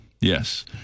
Yes